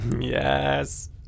Yes